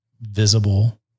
visible